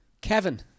Kevin